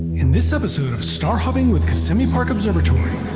in this episode of star hopping with kissimmee park observatory,